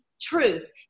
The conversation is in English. truth